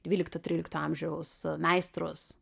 dvylikto trylikto amžiaus meistrus